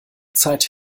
zeit